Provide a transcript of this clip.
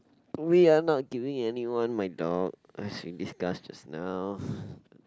we are not giving anyone my dog as we discussed just now